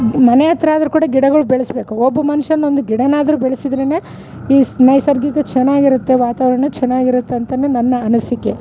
ಮನೆ ಹತ್ರ ಆದರು ಕೂಡ ಗಿಡಗಳ್ ಬೆಳೆಸಬೇಕು ಒಬ್ಬ ಮನುಷ್ಯನು ಒಂದು ಗಿಡನಾದರು ಬೆಳೆಸಿದ್ರೇನೆ ಇಸ್ ನೈಸರ್ಗಿಕ ಚೆನ್ನಾಗಿರುತ್ತೆ ವಾತಾವರಣ ಚೆನ್ನಾಗಿರುತ್ತೆ ಅಂತಾ ನನ್ನ ಅನಿಸಿಕೆ